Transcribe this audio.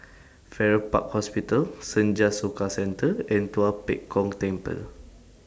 Farrer Park Hospital Senja Soka Centre and Tua Pek Kong Temple